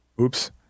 Oops